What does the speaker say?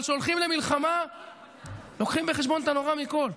אבל כשהולכים למלחמה לוקחים בחשבון את הנורא מכול.